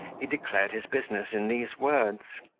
he declared his business in these words